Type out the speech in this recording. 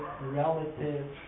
relatives